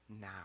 now